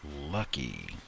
Lucky